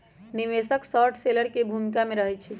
निवेशक short seller की भूमिका में रहइ छै